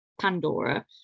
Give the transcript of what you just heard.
Pandora